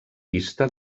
pista